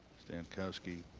stankowski